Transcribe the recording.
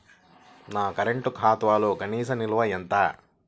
నా కరెంట్ ఖాతాలో కనీస నిల్వ ఎంత?